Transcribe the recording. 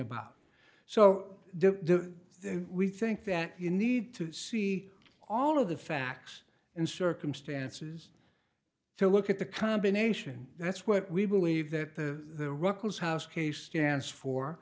about so we think that you need to see all of the facts and circumstances to look at the combination that's what we believe that the ruckelshaus case stands for